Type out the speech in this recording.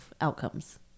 outcomes